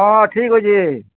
ହଁ ହଁ ଠିକ୍ ଅଛେ